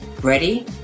Ready